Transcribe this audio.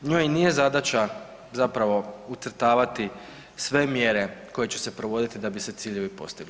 Njoj nije zadaća zapravo ucrtavati sve mjere koje će se provoditi da bi se ciljevi postigli.